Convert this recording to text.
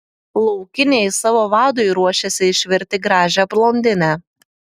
laukiniai savo vadui ruošiasi išvirti gražią blondinę